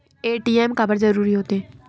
ATM काबर जरूरी हो थे?